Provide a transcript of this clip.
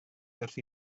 wrth